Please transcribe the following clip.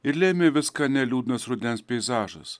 ir lėmė viską ne liūdnas rudens peizažas